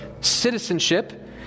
citizenship